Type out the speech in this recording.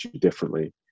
differently